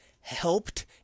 helped